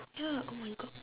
ya oh my god